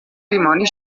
dimoni